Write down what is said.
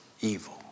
evil